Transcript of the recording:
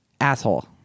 Asshole